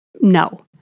No